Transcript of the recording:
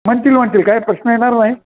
म्हणतील म्हणतील काय प्रश्न येणार नाही